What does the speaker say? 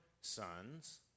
sons